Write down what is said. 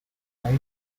later